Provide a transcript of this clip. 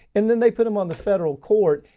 and then they put them on the federal court,